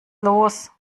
los